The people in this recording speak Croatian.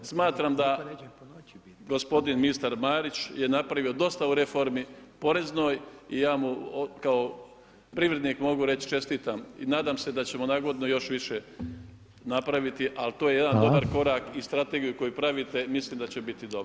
Smatram da gospodin ministar Marić je napravio dosta u reformi poreznoj i ja mu kao privrednik mogu reći čestitam i nadam se da ćemo na godinu još više napraviti ali to je jedan dobar korak i strategija koju pravite, mislim da će biti dobro.